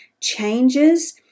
changes